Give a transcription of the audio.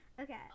Okay